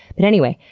but anyway,